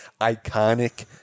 iconic